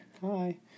Hi